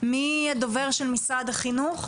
ידבר ממשרד החינוך?